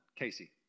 Casey